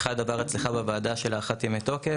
אחד עבר אצלך בוועדה הארכת ימי תוקף.